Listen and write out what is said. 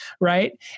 right